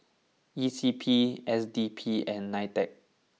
E C P S D P and Nitec